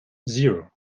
zero